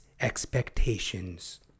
expectations